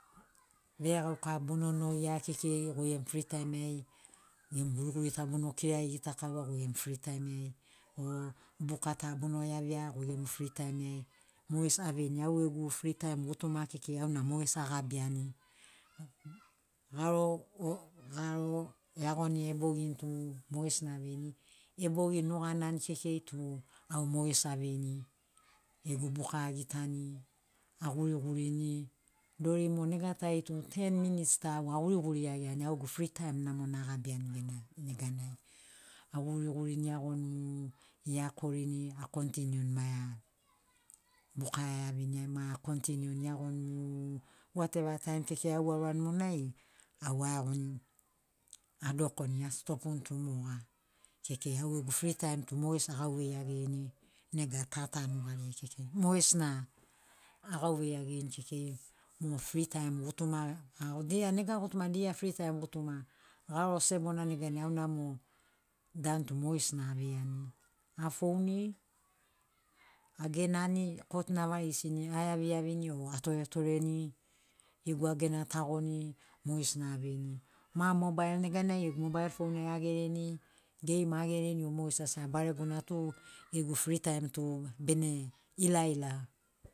Veregauka bona nogia kekei goi gemu fritaimiai gemu guriguri ta bono kira gitakaua goi gemu fritaimiai o buka ta bono iavia goi gemu fritaimiai mogesi aveini au gegu fritaim gutuma kekei auna mogesi agabiani garo garo eagoni ebogini tu mogesina aveini ebogini nuganai kekei tu au mogesina aveini egu buka agitani agurigurini dori mo nega tai tu ten minits ta aguriguri iagiani au gegu fritaim namona agabiani neganai agurigurini eagoni mu eakorini akontiniuni maea buka aeaviani ma akontiniuni eagoni mu wateva taim kekei au aurani monai au aeagoni adokoni eastopin tu moga kekei au gegu fritaim tu mogesi augauvei iagrini nega ta ta nugariai kekei mogesina agauvei agirini kekei mo fritaim gutuma a dia nega gutuma dia fritaim gutuma garo sebona neganai auna mo danu tu mogesina aveiani afouni agenani kotuna avarigisini ae aviniaivini o atoretoreni gegu agena tagoni mogesina aveini ma mobail neganai mobail fon ai agereni geim agereni o mogesi as a baregona tu gegu fritaim tu bene ilaila.